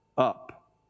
up